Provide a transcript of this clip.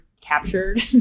captured